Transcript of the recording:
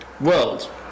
world